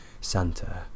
Santa